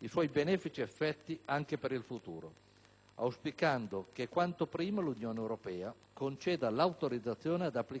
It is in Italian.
effetti anche nel futuro, auspicando che quanto prima l'Unione europea conceda l'autorizzazione ad applicare questo nuovo criterio.